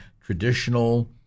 traditional